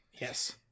Yes